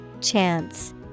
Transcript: Chance